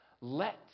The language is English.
Let